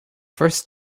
first